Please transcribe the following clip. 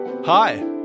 Hi